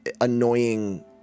annoying